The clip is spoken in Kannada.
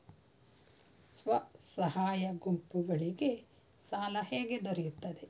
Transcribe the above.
ಸ್ವಸಹಾಯ ಗುಂಪುಗಳಿಗೆ ಸಾಲ ಹೇಗೆ ದೊರೆಯುತ್ತದೆ?